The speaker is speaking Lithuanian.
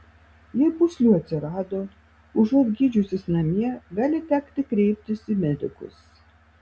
jei pūslių atsirado užuot gydžiusis namie gali tekti kreiptis į medikus